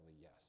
yes